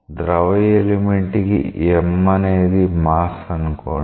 ద్రవ ఎలిమెంట్ కి m అనేది మాస్ అనుకోండి